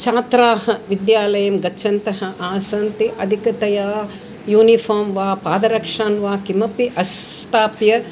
छात्राः विद्यालयं गच्छन्तः आसन् ते अधिकतया यूनिफ़ाम् वा पादरक्षान् वा किमपि अस्थाप्य